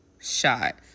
shot